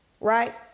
right